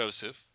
Joseph